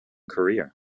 career